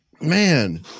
man